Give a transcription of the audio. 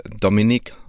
Dominique